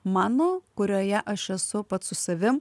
mano kurioje aš esu pats su savim